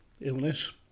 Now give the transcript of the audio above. illness